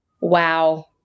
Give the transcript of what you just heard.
Wow